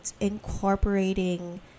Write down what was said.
incorporating